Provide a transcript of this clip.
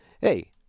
Hey